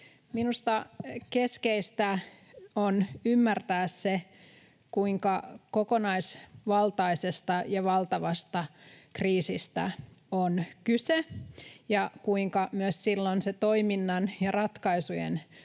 Minusta keskeistä on ymmärtää se, kuinka kokonaisvaltaisesta ja valtavasta kriisistä on kyse ja kuinka silloin myös sen toiminnan ja ratkaisujen